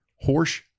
Horse